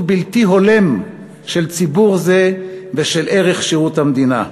בלתי הולם של ציבור זה ושל ערך שירות המדינה.